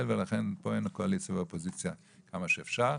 ולכן פה אין קואליציה ואופוזיציה עד כמה שאפשר.